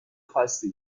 خاصی